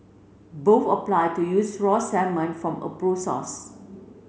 both apply to use raw salmon from approve source